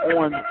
on